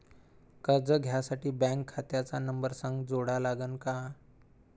कर्ज घ्यासाठी बँक खात्याचा नंबर संग जोडा लागन का?